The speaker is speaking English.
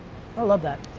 i love that.